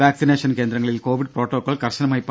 vaccination കേന്ദ്രങ്ങളിൽ covid protocol കർശനമായി പാലിക്കണം